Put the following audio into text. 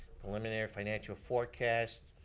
preliminary financial forecast.